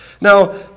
Now